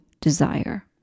desire